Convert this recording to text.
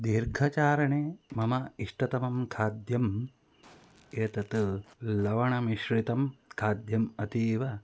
दीर्घचारणे मम इष्टतमं खाद्यम् एतत् लवणमिश्रितं खाद्यम् अतीव